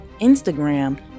Instagram